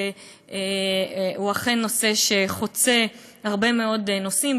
הוא אכן נושא שחוצה הרבה מאוד נושאים,